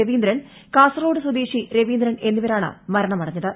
രവീന്ദ്രൻ കാസർഗോഡ് സ്വദേശി രവീന്ദ്രൻ എന്നിവരാണ് മരണമടഞ്ഞത്